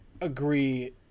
agree